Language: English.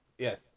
Yes